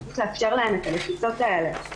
צריך לאפשר להם את הלחיצות האלה.